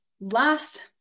last